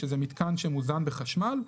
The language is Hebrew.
שזה מתקן שמוזן בחשמל,